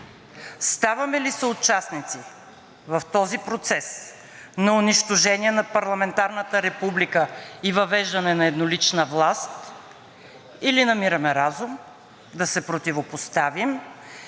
Ставаме ли съучастници в този процес на унищожение на парламентарната република и въвеждане на еднолична власт, или намираме разум да се противопоставим